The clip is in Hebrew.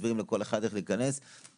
זה לא משנה עכשיו שתגידי מתי אני בא.